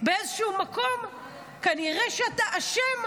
באיזשהו מקום כנראה שאתה אשם,